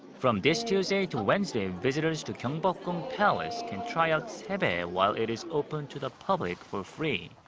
from this tuesday to wednesday, visitors to gyeongbokgung palace can try out sebae while it is open to the public for free.